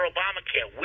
Obamacare